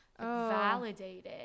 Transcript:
validated